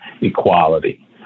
equality